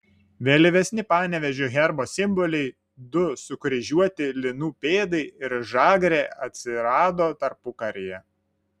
vėlyvesni panevėžio herbo simboliai du sukryžiuoti linų pėdai ir žagrė atsirado tarpukaryje